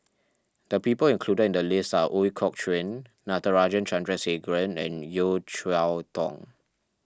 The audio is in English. the people included in the list are Ooi Kok Chuen Natarajan Chandrasekaran and Yeo Cheow Tong